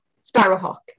Sparrowhawk